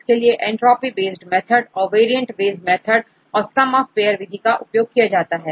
इसके लिए entropy based method और वेरिएंट्स बेस्ट मेथड और सम ऑफ़ पेअर विधि का उपयोग किया जाता है